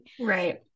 Right